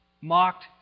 mocked